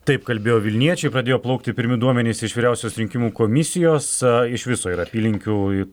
taip kalbėjo vilniečiai pradėjo plaukti pirmi duomenys iš vyriausios rinkimų komisijos iš viso yra apylinkių